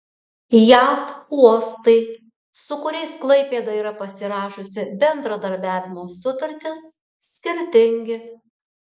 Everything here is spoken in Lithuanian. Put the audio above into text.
jav uostai su kuriais klaipėda yra pasirašiusi bendradarbiavimo sutartis skirtingi